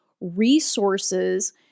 resources